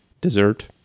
dessert